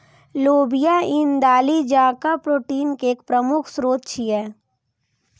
लोबिया ईन दालि जकां प्रोटीन के एक प्रमुख स्रोत छियै